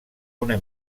una